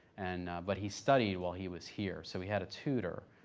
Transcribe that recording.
and but he studied while he was here, so he had a tutor.